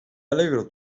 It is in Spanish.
alegro